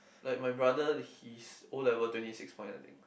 like my brother his O-level twenty six points I think